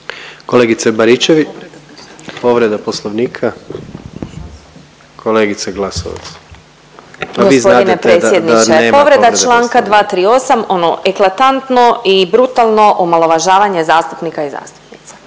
znadete da nema povrede Poslovnika. **Glasovac, Sabina (SDP)** Gospodine predsjedniče povreda Članka 238. ono eklatantno i brutalno omalovažavanje zastupnika i zastupnica.